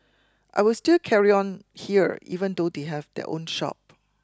I will still carry on here even though they have their own shop